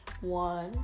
one